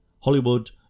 Hollywood